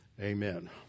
Amen